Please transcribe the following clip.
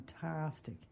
fantastic